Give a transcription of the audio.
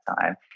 time